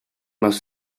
must